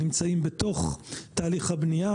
הם נמצאים בתוך תהליך הבנייה.